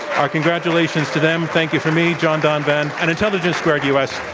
our congratulations to them. thank you from me, jon donvan and intelligence squared u. s.